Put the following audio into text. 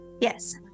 Yes